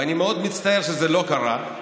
ואני מאוד מצטער שזה לא קרה,